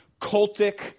cultic